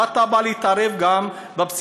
מה אתה בא להתערב גם בפסיקה?